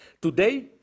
Today